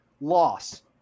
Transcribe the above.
loss